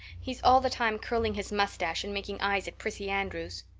he's all the time curling his mustache and making eyes at prissy andrews.